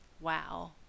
wow